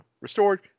restored